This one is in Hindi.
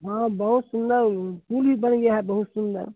हाँ बहुत सुन्दर पुल भी बन गया है बहुत सुन्दर